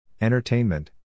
entertainment